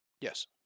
Yes